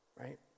right